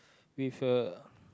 with a